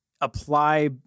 apply